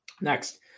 Next